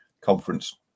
conference